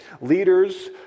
Leaders